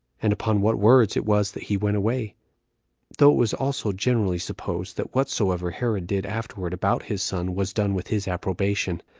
and upon what words it was that he went away though it was also generally supposed that whatsoever herod did afterward about his son was done with his approbation.